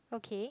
okay